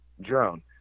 drone